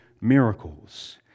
miracles